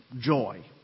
joy